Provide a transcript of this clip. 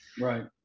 Right